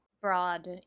Broad